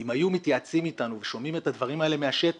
אם היו מתייעצים איתנו ושומעים את הדברים האלה מהשטח,